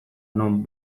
non